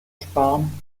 sparen